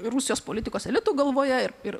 rusijos politikos elito galvoje ir ir